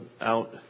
out